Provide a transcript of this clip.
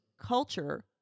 culture